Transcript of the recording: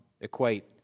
equate